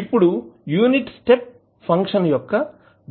ఇప్పుడు unit step function యొక్క